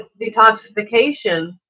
detoxification